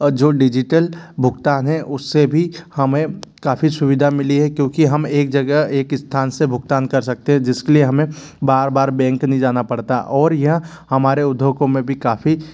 जो डिजिटल भुगतान है उससे भी हमें काफ़ी सुविधा मिली है क्योंकि हम एक जगह एक स्थान से भुगतान कर सकते हैं जिसके लिए हमें बार बार बेंक नई जाना पड़ता और यह हमारे उद्योगों में भी काफ़ी